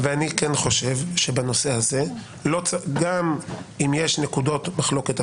אני כן חושב שבנושא הזה גם אם יש נקודות מחלוקת,